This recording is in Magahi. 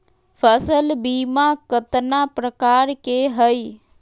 फसल बीमा कतना प्रकार के हई?